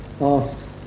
asks